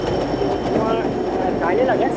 মোক এই তোমাৰ কাইলৈ লাগে